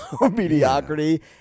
mediocrity